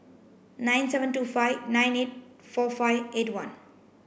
nine seven two five nine eight four five eight one